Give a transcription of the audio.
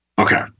Okay